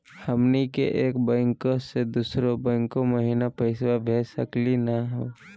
हमनी के एक बैंको स दुसरो बैंको महिना पैसवा भेज सकली का हो?